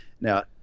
Now